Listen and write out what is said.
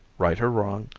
right or wrong,